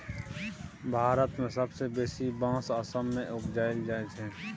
भारत मे सबसँ बेसी बाँस असम मे उपजाएल जाइ छै